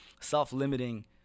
self-limiting